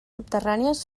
subterrànies